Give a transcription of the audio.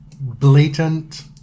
blatant